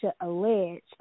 alleged